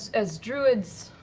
as druids,